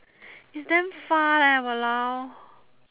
it's damn far leh !walao!